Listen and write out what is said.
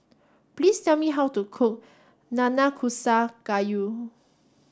please tell me how to cook Nanakusa Gayu